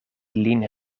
lin